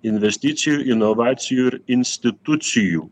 investicijų inovacijų ir institucijų